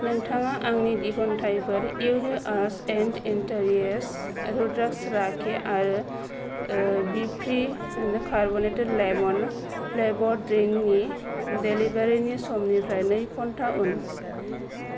नोंथाङा आंनि दिहुनथाइफोर युनिक आर्ट्स एन्ड इन्टारियर्स रुद्राक्ष राखि आरो बिफ्रि कार्बनेटेद लेमोन फ्लेवर्द ड्रिंकनि डेलिबारिनि समनिफ्राय नै घन्टा उन